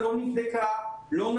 הסוגיה הזאת לא נבדקה, לא נדונה.